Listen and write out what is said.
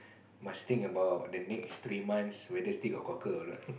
must think about the next three months whether still got cockles or not